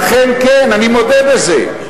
אכן כן, אני מודה בזה.